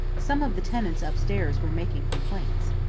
some of the tenants upstairs were making complaints.